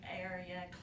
area